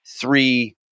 three